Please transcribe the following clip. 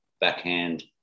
backhand